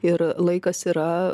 ir laikas yra